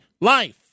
life